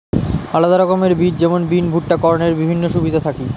আলাদা রকমের বীজ যেমন বিন, ভুট্টা, কর্নের বিভিন্ন সুবিধা থাকি